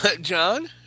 john